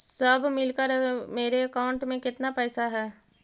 सब मिलकर मेरे अकाउंट में केतना पैसा है?